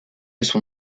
son